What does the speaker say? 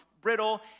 brittle